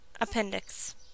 Appendix